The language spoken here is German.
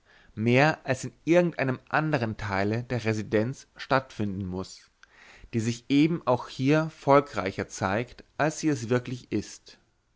mehr als in irgend einem andern teile der residenz stattfinden muß die sich eben auch hier volkreicher zeigt als sie es wirklich ist